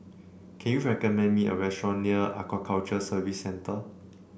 can you recommend me a restaurant near Aquaculture Service Centre